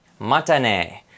Matane